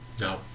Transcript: No